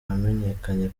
wamenyekanye